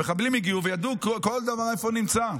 המחבלים הגיעו וידעו כל דבר היכן הוא נמצא.